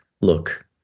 look